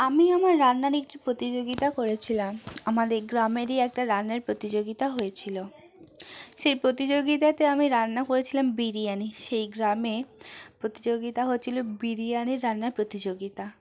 আমি আমার রান্নার একটি প্রতিযোগিতা করেছিলাম আমাদের গ্রামেরই একটা রান্নার প্রতিযোগিতা হয়েছিলো সেই প্রতিযোগিতাতে আমি রান্না করেছিলাম বিরিয়ানি সেই গ্রামে প্রতিযোগিতা হচ্ছিলো বিরিয়ানির রান্নার প্রতিযোগিতা